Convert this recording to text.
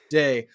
day